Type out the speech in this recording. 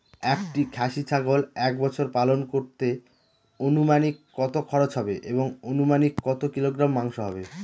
একটি খাসি ছাগল এক বছর পালন করতে অনুমানিক কত খরচ হবে এবং অনুমানিক কত কিলোগ্রাম মাংস হবে?